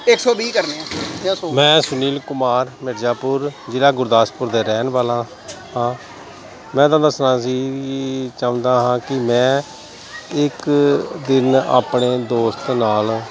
ਮੈਂ ਸੁਨੀਲ ਕੁਮਾਰ ਮਿਰਜ਼ਾਪੁਰ ਜ਼ਿਲ੍ਹਾ ਗੁਰਦਾਸਪੁਰ ਦਾ ਰਹਿਣ ਵਾਲਾ ਹਾਂ ਮੈਂ ਤੁਹਾਨੂੰ ਦੱਸਣਾ ਸੀ ਵੀ ਚਾਹੁੰਦਾ ਹਾਂ ਕਿ ਮੈਂ ਇੱਕ ਦਿਨ ਆਪਣੇ ਦੋਸਤ ਨਾਲ